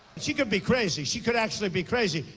she could be crazy. she could actually be crazy.